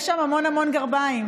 יש שם המון המון גרביים.